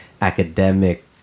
academic